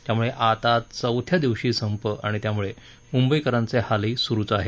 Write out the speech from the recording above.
त्यामुळे आता आज चौथ्या दिवशीही संप आणि त्यामुळे मुंबईकरांचे हालही सुरूच आहेत